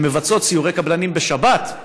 הן מבצעות סיורי קבלנים בשבת,